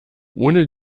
ohne